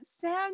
Sam